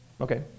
Okay